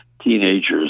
teenagers